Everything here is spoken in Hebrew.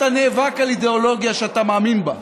אתה נאבק על אידיאולוגיה שאתה מאמין בה.